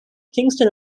kingston